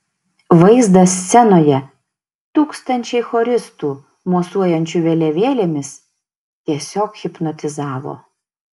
vaizdas scenoje tūkstančiai choristų mosuojančių vėliavėlėmis tiesiog hipnotizavo